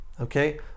okay